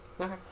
Okay